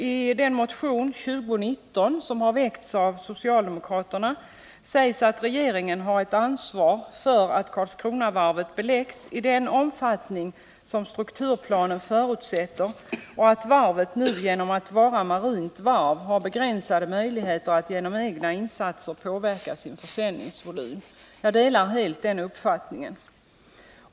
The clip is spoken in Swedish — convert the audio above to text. I motion 2019, som väckts av socialdemokraterna, sägs att regeringen har ett ansvar för att Karlskronavarvet beläggs i den omfattning som strukturplanen förutsätter och att varvet 143 nu genom att vara marint varv har begränsade möjligheter att genom egna insatser påverka sin försäljningsvolym. Jag delar helt den uppfattningen.